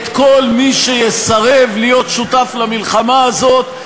את כל מי שיסרב להיות שותף למלחמה הזאת,